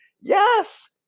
Yes